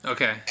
Okay